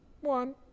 One